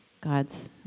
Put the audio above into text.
God's